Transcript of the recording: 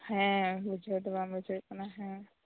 ᱦᱮᱸ ᱵᱩᱡᱷᱟᱹᱣ ᱫᱚ ᱵᱟᱝ ᱵᱩᱡᱷᱟᱹᱜ ᱠᱟᱱᱟ